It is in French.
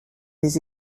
les